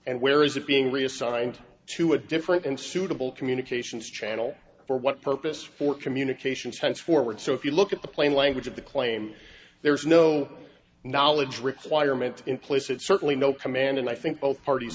and where is it being reassigned to a different and suitable communications channel for what purpose for communication trench forward so if you look at the plain language of the claim there's no knowledge requirement in place it's certainly no command and i think both parties